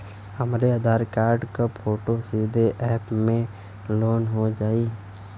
हमरे आधार कार्ड क फोटो सीधे यैप में लोनहो जाई?